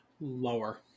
Lower